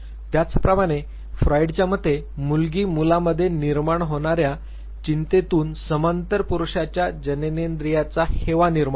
त्याचप्रमाणे फ्रायडच्या मते मुलगी मुलामध्ये निर्माण होणाऱ्या चिंतेतून समांतर पुरुषाच्या जननेंद्रियाचा हेवा निर्माण होतो